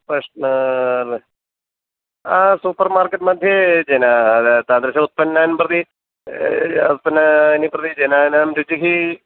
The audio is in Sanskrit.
प्रश्ना सूपर् मार्केट्मध्ये जना तादृशानां उत्पन्नानां प्रति उत्पन्नानां प्रति जनानां रुचिः